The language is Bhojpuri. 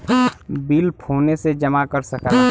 बिल फोने से जमा कर सकला